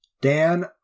dan